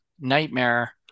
nightmare